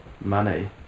money